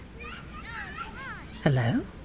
Hello